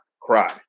cry